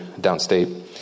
downstate